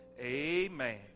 Amen